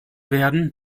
werden